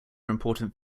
important